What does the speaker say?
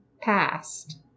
past